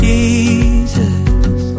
Jesus